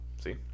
See